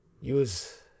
use